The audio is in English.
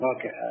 Okay